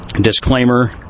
Disclaimer